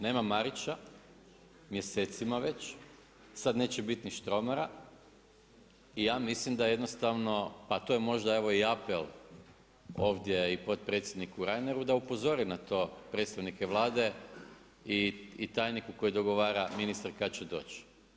Nema Marića, mjesecima već, sada neće biti ni Štromara i ja mislim da jednostavno, pa to je možda evo i apel ovdje i potpredsjedniku Rainer da upozori na to predstavnike Vlade i tajniku koji dogovara ministru kada će doći.